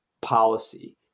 policy